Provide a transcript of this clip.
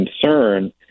concern